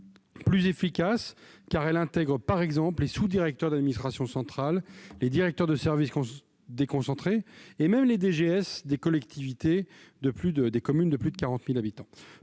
plus efficace, car elle intègre, par exemple, les sous-directeurs d'administration centrale, les directeurs des services déconcentrés et même les directeurs généraux des services des communes de plus de 40 000 habitants.